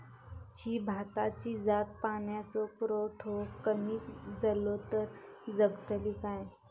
ही भाताची जात पाण्याचो पुरवठो कमी जलो तर जगतली काय?